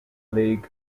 league